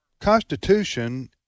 Constitution